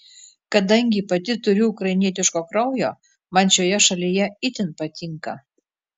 kadangi pati turiu ukrainietiško kraujo man šioje šalyje itin patinka